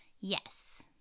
Yes